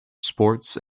sports